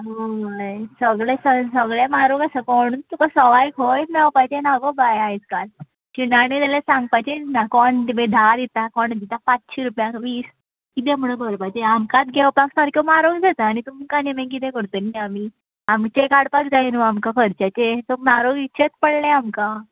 हय सगळे सगळे म्हारोग आसा तुका सवाय खंयच मेवपाचे ना गो बाय आयज काल शिणाण्यो जाल्यार सांगपाचेच ना कोण तिपय धा दिता कोण दिता पाचशें रुपया सगळे एपयो इस कितें म्हणून करपाचे आमकांच घेवपाक सारक्यो म्हारग जाता आनी तुमकां आनी मागीर कितें करतली आमी आमचे काडपाक जाय न्हू आमकां खर्चाचे सो म्हारग विकचेच पडले आमकां